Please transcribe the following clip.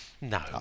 No